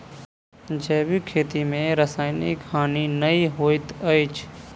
जैविक खेती में रासायनिक हानि नै होइत अछि